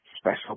special